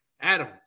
Adam